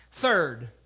Third